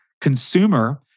consumer